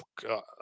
God